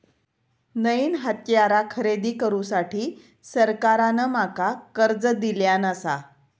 नईन हत्यारा खरेदी करुसाठी सरकारान माका कर्ज दिल्यानं आसा